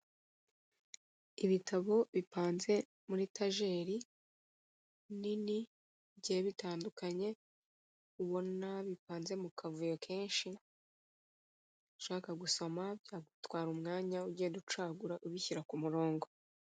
Ibitabo bipanze muri tageri nini bigiye bitandukanye, ubona bipanze mu kavuyo kenshi, ushaka gusoma byagutwara umwanya ugenda ucagura ubishyira ku murongo.